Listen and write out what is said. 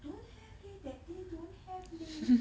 don't have leh that day don't have leh